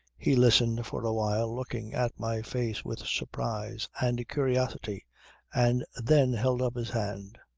he listened for a while looking at my face with surprise and curiosity and then held up his hand.